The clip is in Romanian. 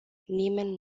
nimeni